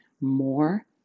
more